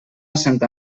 santa